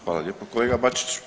Hvala lijepo kolega BAčić.